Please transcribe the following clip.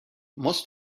must